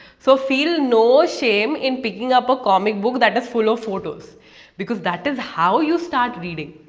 so feel no shame in picking up a comic book that is full of photos because that is how you start reading.